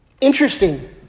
Interesting